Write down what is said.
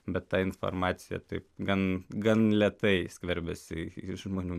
bet ta informacija taip gan gan lėtai skverbiasi į žmonių